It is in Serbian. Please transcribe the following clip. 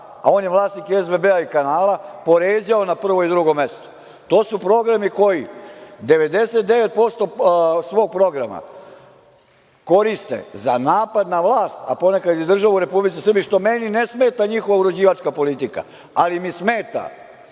a on je vlasnik SBB kanala, poređao na prvo i drugo mesto. To su programi koji 99% svog programa koriste za napad na vlast, a ponekad i državu Republiku Srbiju, što meni ne smeta njihova uređivačka politika, ali mi smeta